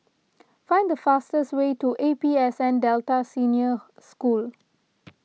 find the fastest way to A P S N Delta Senior School